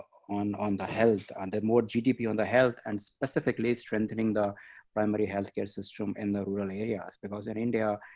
on on the health and more gdp on the health, and specifically strengthening the primary health care system in the rural yeah yeah because in india,